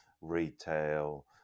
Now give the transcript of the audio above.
retail